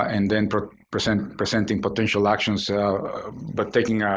and then presenting presenting potential actions but taking a